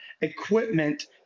equipment